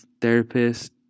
therapist